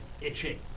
itching